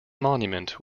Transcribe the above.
monument